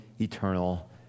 eternal